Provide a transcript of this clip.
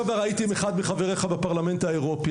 בשבוע שעבר הייתי עם שניים מחברייך למפלגה בפרלמנט האירופי.